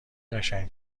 قشنگ